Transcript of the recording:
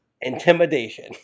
Intimidation